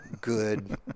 good